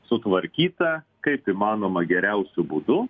sutvarkyta kaip įmanoma geriausiu būdu